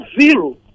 zero